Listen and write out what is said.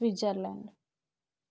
Switzerland